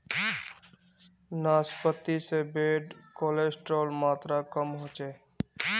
नाश्पाती से bad cholesterol मात्र कम होचे